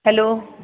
hello